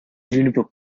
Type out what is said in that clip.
lüneburg